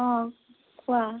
অ কোৱা